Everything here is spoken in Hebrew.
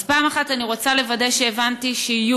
אז פעם אחת אני רוצה לוודא שהבנתי שיהיו